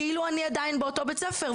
כאילו אני עדיין באותו בית-ספר,